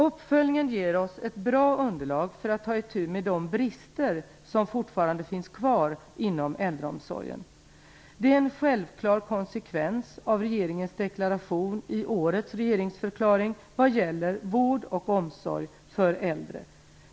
Uppföljningen ger oss ett bra underlag för att ta itu med de brister som fortfarande finns kvar inom äldreomsorgen. Det är en självklar konsekvens av regeringens deklaration i årets regeringsförklaring vad gäller vård och omsorg för äldre.